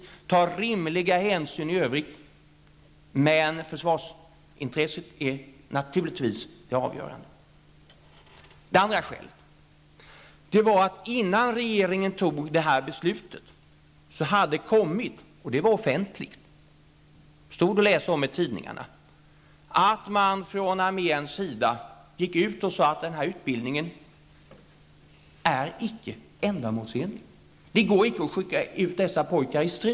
Man skall ta rimliga hänsyn i övrigt, men försvarsintresset är naturligtvis det avgörande. Det andra skälet är att innan regeringen fattade detta beslut gick man från arméns sida ut offentligt -- det stod att läsa om detta i tidningarna -- och sade att denna utbildning icke är ändamålsenlig, att det inte går att skicka ut dessa pojkar i strid.